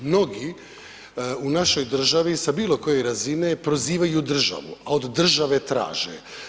Mnogi u našoj državi sa bilokoje razine prozivaju državu a od države traže.